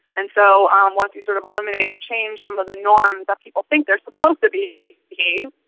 and so um once you sort of eliminate or change some of the norms that people think they are supposed to be behaving,